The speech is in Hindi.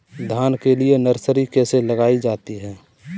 धान के लिए नर्सरी कैसे लगाई जाती है?